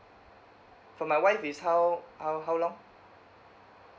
for my wife is how how how long